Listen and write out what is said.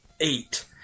eight